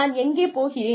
நான் எங்கே போகிறேன்